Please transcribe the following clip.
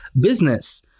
business